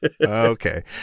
Okay